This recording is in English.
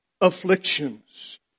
afflictions